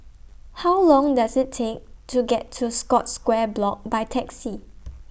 How Long Does IT Take to get to Scotts Square Block By Taxi